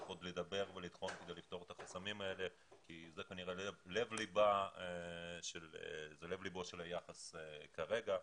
עוד לדבר ולטחון כדי לפתור את החסמים האלה כי זה לב ליבו של היחס כרגע.